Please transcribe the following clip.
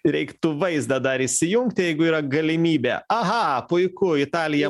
reiktų vaizdą dar įsijungti jeigu yra galimybė aha puiku italija